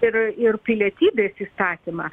ir ir pilietybės įstatymą